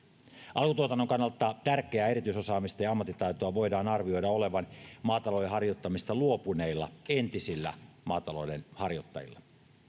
alkutuotannon kannalta tärkeää erityisosaamista ja ammattitaitoa voidaan arvioida olevan maatalouden harjoittamisesta luopuneilla entisillä maatalouden harjoittajilla